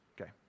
Okay